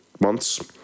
Months